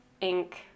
ink